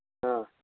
ஆ